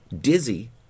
Dizzy